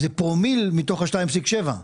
איזה פרומיל מתוך ה-2.7.